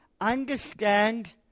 understand